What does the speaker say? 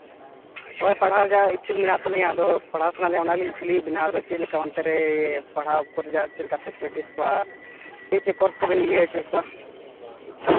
ᱦᱳᱭ ᱯᱟᱲᱦᱟᱣ ᱨᱮᱱᱟᱜ ᱤᱪᱪᱷᱟᱹ ᱢᱮᱱᱟᱜ ᱛᱟᱹᱞᱤᱧᱟ ᱟᱫᱚ ᱯᱟᱲᱦᱟᱣ ᱥᱟᱱᱟᱭᱮᱫ ᱞᱤᱧᱟ ᱚᱱᱟᱞᱤᱧ ᱠᱩᱞᱤᱭᱮᱫ ᱵᱮᱱᱟ ᱟᱫᱚ ᱪᱮᱫ ᱞᱮᱠᱟ ᱚᱱᱛᱮ ᱨᱮ ᱯᱟᱲᱦᱟᱣ ᱠᱚ ᱨᱮᱭᱟᱜ ᱪᱮᱫ ᱞᱮᱠᱟ ᱯᱷᱮᱥᱤᱞᱤᱴᱤ ᱱᱚᱣᱟ ᱪᱮᱫ ᱪᱮᱫ ᱠᱳᱨᱥ ᱠᱚᱵᱤᱱ ᱤᱭᱟᱹ ᱦᱚᱪᱚᱭᱮᱫ ᱠᱚᱣᱟ